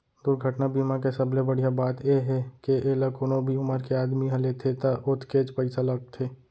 दुरघटना बीमा के सबले बड़िहा बात ए हे के एला कोनो भी उमर के आदमी ह लेथे त ओतकेच पइसा लागथे